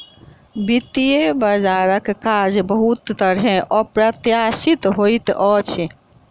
वित्तीय बजारक कार्य बहुत तरहेँ अप्रत्याशित होइत अछि